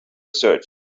search